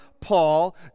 Paul